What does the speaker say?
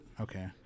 Okay